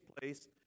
place